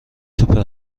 سوپر